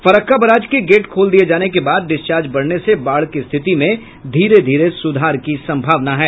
Farakka barrage के gate खोल दिये जाने के बाद डिस्चार्ज बढ़ने से बाढ़ की स्थिति में धीरे धीरे सुधार की संभावना है